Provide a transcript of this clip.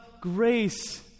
grace